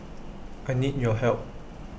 I need your help